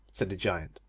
said the giant,